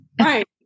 Right